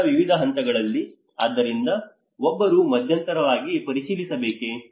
ಚಕ್ರದ ವಿವಿಧ ಹಂತಗಳಲ್ಲಿ ಆದ್ದರಿಂದ ಒಬ್ಬರು ಮಧ್ಯಂತರವಾಗಿ ಪರಿಶೀಲಿಸಬೇಕೇ